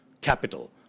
capital